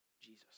Jesus